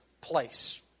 place